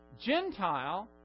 Gentile